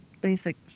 basic